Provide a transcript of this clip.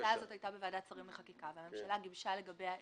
ההצעה הזאת הייתה בוועדת שרים לחקיקה והממשלה גיבשה לגביה עמדה.